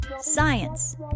science